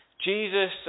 Jesus